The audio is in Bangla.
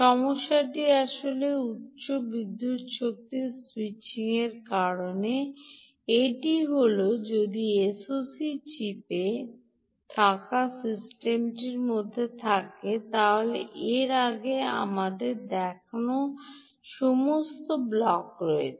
সমস্যাটি আসলে উচ্চ বিদ্যুতের স্যুইচিংয়ের কারণে এটি হল যদি এসওসি চিপে থাকা সিস্টেমের মধ্যে থাকে তবে এর আগে আমাদের দেখানো সমস্ত ব্লক রয়েছে